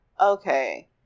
okay